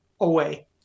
away